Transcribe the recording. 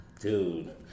Dude